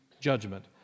judgment